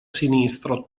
sinistro